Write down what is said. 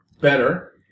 Better